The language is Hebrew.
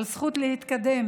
על הזכות להתקדם.